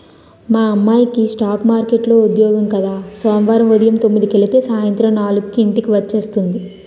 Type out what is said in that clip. మా అమ్మాయికి స్ఠాక్ మార్కెట్లో ఉద్యోగం కద సోమవారం ఉదయం తొమ్మిదికెలితే సాయంత్రం నాలుక్కి ఇంటికి వచ్చేస్తుంది